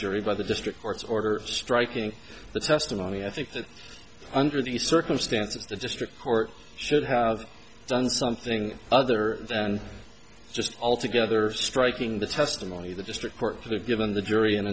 jury by the district court's order striking the testimony i think that under the circumstances the district court should have done something other than just altogether striking the testimony the district court would have given the jury an